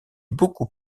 beaucoup